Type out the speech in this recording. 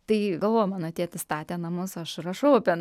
tai galvoju mano tėtis statė namus aš rašau apie